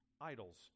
idols